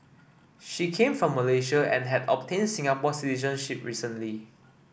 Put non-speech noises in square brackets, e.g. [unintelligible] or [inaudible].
she came from Malaysia and had obtained Singapore [unintelligible] ship recently